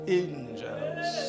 angels